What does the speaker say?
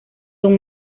don